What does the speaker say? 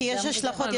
כי יש השלכות,